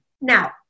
Now